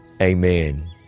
amen